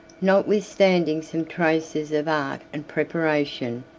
notwithstanding some traces of art and preparation,